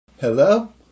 Hello